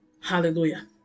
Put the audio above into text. Hallelujah